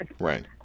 Right